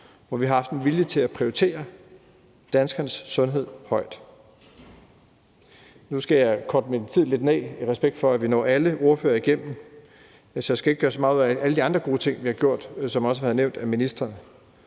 hvor vi har haft en vilje til at prioritere danskernes sundhed højt. Nu skal jeg korte min taletid lidt ned i respekt for at nå alle ordførere igennem, så jeg skal ikke gøre så meget ud af alle de andre gode ting, vi har gjort, og som også har været nævnt af ministeren,